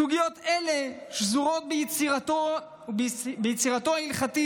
סוגיות אלו שזורות ביצירתו ההלכתית,